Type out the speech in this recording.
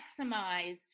maximize